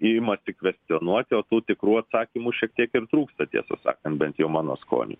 ima tik kvestionuoti o tų tikrų atsakymų šiek tiek ir trūksta tiesą sakant bent jau mano skoniui